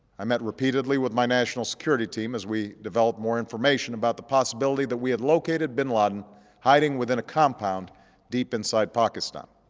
i met repeatedly with my national security team as we developed more about the possibility that we had located bin laden hiding within a compound deep inside pakistan.